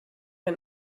ein